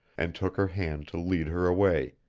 and took her hand to lead her away,